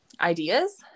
ideas